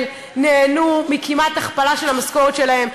נהנו מכמעט הכפלה של המשכורת שלהם,